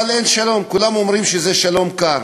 אבל אין שלום, וכולם אומרים שזה שלום קר.